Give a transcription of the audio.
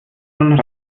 nun